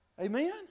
Amen